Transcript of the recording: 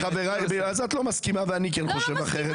אז את לא מסכימה ואני חושב אחרת.